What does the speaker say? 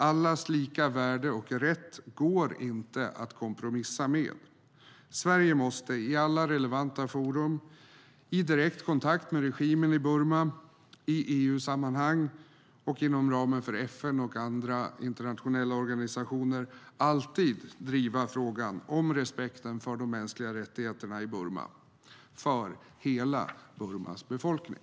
Allas lika värde och rätt går inte att kompromissa med. Sverige måste i alla relevanta forum, i direkt kontakt med regimen i Burma, i EU-sammanhang och inom ramen för FN och andra internationella organisationer alltid driva frågan om respekten för de mänskliga rättigheterna i Burma för hela Burmas befolkning.